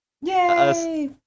Yay